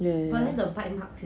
ya ya ya